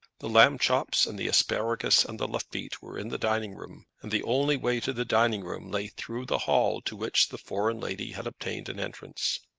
the lamb chops, and the asparagus, and the lafitte were in the dining-room, and the only way to the dining-room lay through the hall to which the foreign lady had obtained an entrance.